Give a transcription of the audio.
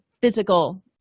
physical